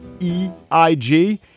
E-I-G